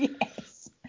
Yes